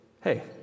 hey